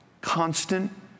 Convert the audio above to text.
constant